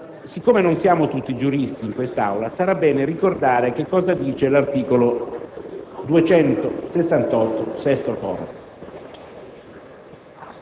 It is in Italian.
Siccome non siamo tutti giuristi in quest'Aula, sarà bene ricordare cosa dice l'articolo 268, comma